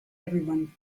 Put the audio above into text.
everyone